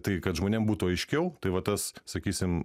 tai kad žmonėm būtų aiškiau tai va tas sakysim